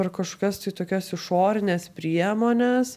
per kažkas tai tokias išorines priemones